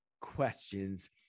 questions